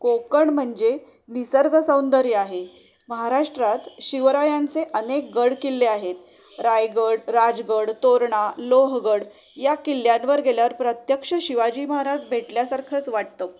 कोकण म्हणजे निसर्ग सौंदर्य आहे महाराष्ट्रात शिवरायांचे अनेक गड किल्ले आहेत रायगड राजगड तोरणा लोहगड या किल्ल्यांवर गेल्यावर प्रत्यक्ष शिवाजी महाराज भेटल्यासारखंच वाटतं